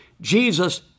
Jesus